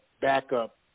backup